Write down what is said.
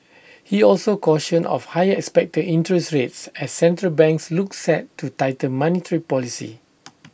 he also cautioned of higher expected interest rates as central banks look set to tighten monetary policy